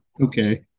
okay